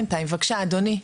בבקשה, אדוני.